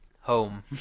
home